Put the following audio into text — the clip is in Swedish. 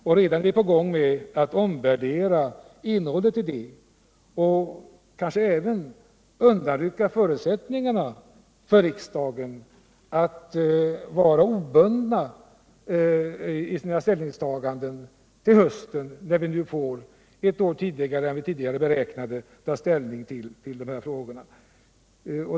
Men redan är vi i gång med att omvärdera innehållet i det beslutet och kanske även med att undanrycka riksdagen förutsättningarna att vara obunden i sina ställningstaganden till hösten, när vi —- ett år tidigare än beräknat — skall avgöra saken.